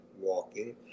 walking